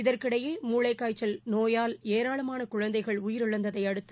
இதற்கிடையே மூளைக்காய்ச்சல் நோயால் ஏராளமானகுழந்தைகள் உயிரிழந்ததைஅடுத்து